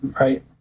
right